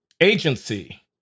Agency